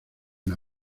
una